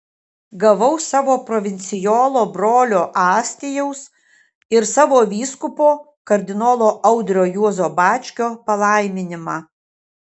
gavau savo provincijolo brolio astijaus ir savo vyskupo kardinolo audrio juozo bačkio palaiminimą